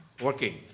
working